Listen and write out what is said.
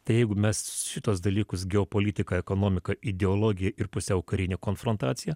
tai jeigu mes šituos dalykus geopolitiką ekonomiką ideologiją ir pusiau karinę konfrontaciją